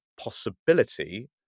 possibility